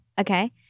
Okay